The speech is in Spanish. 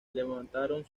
levantaron